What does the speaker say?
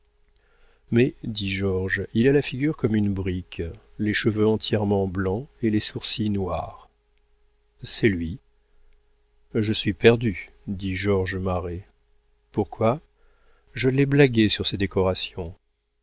mais dit georges il a la figure comme une brique les cheveux entièrement blancs et les sourcils noirs c'est lui je suis perdu dit georges marest pourquoi je l'ai blagué sur ses décorations